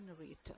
narrator